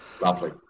lovely